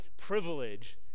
privilege